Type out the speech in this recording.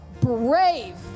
brave